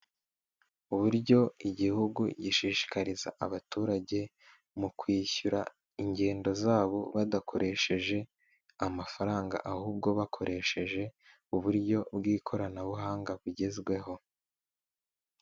Uburyo igihugu gishishikariza abaturage mu kwishyura ingendo zabo badakoresheje amafaranga ahubwo bakoresheje uburyo bw'ikoranabuhanga bugezweho.